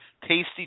tasty